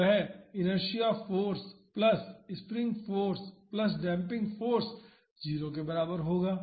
तो वह inertia force plus spring force plus damping force 0 के बराबर होगा